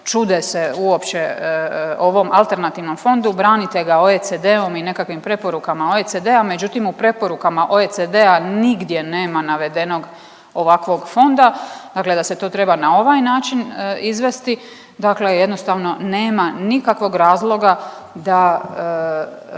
čude se uopće ovom alternativnom fondu. Branite ga OECD-om i nekakvim preporukama OECD-a, međutim u preporukama OECD-a nigdje nema navedenog ovakvog fonda dakle da se to treba na ovaj način izvesti, dakle jednostavno nema nikakvog razloga da